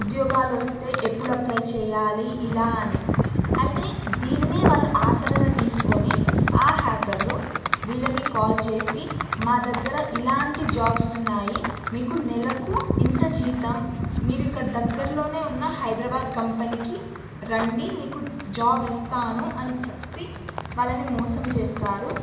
ఉద్యోగాలు వస్తే ఎప్పుడు అప్లై చేయాలి ఇలా అని అయితే దీన్నే వాళ్ళు ఆసరగా తీసుకొని ఆ హ్యాకర్లు వీళ్ళకి కాల్ చేసి మా దగ్గర ఇలాంటి జాబ్స్ ఉన్నాయి మీకు నెలకు ఇంత జీతం మీరు ఇక్కడ దగ్గరలోనే ఉన్న హైదరాబాద్ కంపెనీకి రండి మీకు జాబ్ ఇస్తాను అని చెప్పి వాళ్ళని మోసం చేస్తారు